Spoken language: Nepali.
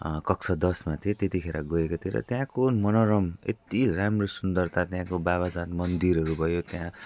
कक्षा दसमा थिएँ त्यतिखेर गएको थिएँ र त्यहाँको मनोरम यति राम्रो सुन्दरता त्यहाँको बाबा धाम मन्दिरहरू भयो त्यहाँ